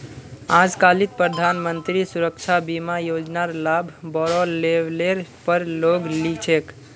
आजकालित प्रधानमंत्री सुरक्षा बीमा योजनार लाभ बोरो लेवलेर पर लोग ली छेक